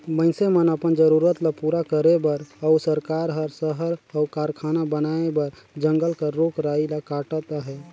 मइनसे मन अपन जरूरत ल पूरा करे बर अउ सरकार हर सहर अउ कारखाना बनाए बर जंगल कर रूख राई ल काटत अहे